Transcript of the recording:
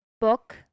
book